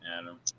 Adam